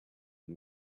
and